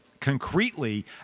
concretely